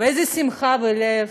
ואיזו שמחה בלב,